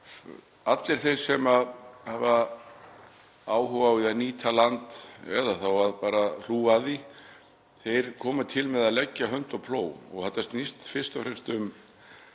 allir þeir sem hafa áhuga á að nýta land eða þá að hlúa að því komi til með að leggja hönd á plóg og þetta snýst fyrst og fremst um